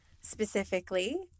specifically